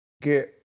get